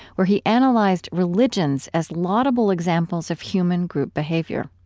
where he analyzed religions as laudable examples of human group behavior.